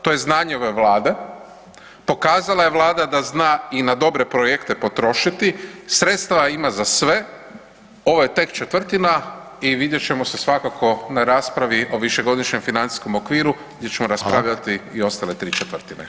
To je znanje ove Vlade, pokazala je Vlada da zna i na dobre projekte potrošiti, sredstva ima za sve, ovo je tek četvrtina i vidjet ćemo se svakako na raspravi o višegodišnjem financijskom okviru gdje ćemo raspravljati i ostale tri četvrtine.